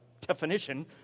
definition